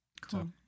Cool